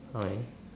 sorry